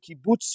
kibbutz